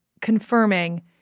confirming